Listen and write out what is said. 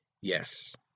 Yes